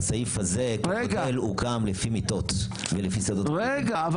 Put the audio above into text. שהסעיף הזה --- הוקם לפי מיטות ולפי סדר --- רגע,